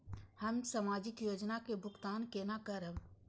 हम सामाजिक योजना के भुगतान केना करब?